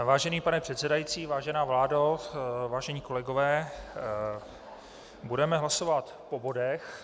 Vážený pane předsedající, vážená vládo, vážení kolegové, budeme hlasovat po bodech.